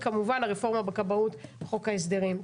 וכמובן הרפורמה בכבאות בחוק ההסדרים.